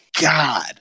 God